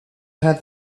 had